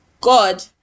God